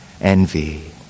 envy